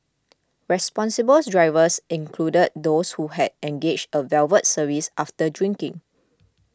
responsible drivers included those who had engaged a valet service after drinking